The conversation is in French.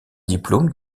diplôme